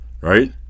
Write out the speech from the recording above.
right